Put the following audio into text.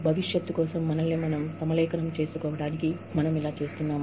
భవిష్యత్తు కోసం మనల్ని మనం సమలేఖనం చేసుకోవటానికిమనం ఇలా చేస్తున్నాం